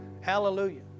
Hallelujah